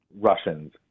Russians